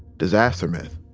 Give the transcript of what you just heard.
disaster myth.